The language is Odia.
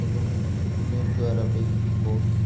ଏବଂ ନ୍ୟୁଜ୍ ଦ୍ୱାରା ବି ବହୁତ